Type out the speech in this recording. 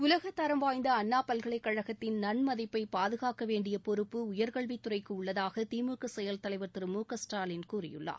உலகத் தரம் வாய்ந்த அண்ணா பல்கலைக் கழகத்தின் நன்மதிப்பை பாதகாக்க வேண்டிய பொறப்பு உயர்கல்வித் துறைக்கு உள்ளதாக திமுக செயல் தலைவர் திரு மு க ஸ்டாலின் கூறியுள்ளார்